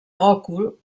òcul